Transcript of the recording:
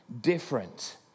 different